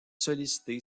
sollicité